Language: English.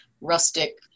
rustic